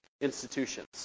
institutions